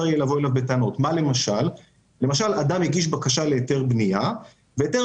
כמו במצב שבו אדם הגיש בקשה להיתר בנייה והיתר